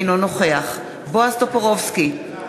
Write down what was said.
אינו נוכח בועז טופורובסקי,